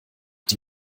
die